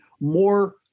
more